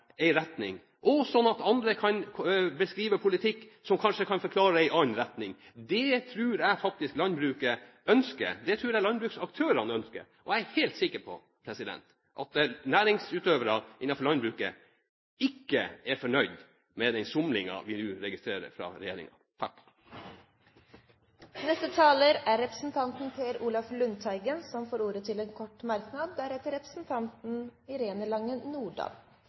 og sånn at andre kan beskrive en politikk som kanskje kan forklare en annen retning. Det tror jeg faktisk at landbruket ønsker. Det tror jeg at landbruksaktørene ønsker, og jeg er helt sikker på at næringsutøvere innenfor landbruket ikke er fornøyd med den somlingen vi nå registrerer fra regjeringen. Representanten Per Olaf Lundteigen har hatt ordet to ganger tidligere og får ordet til en kort merknad,